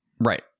Right